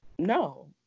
No